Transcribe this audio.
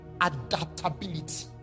Adaptability